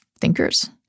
thinkers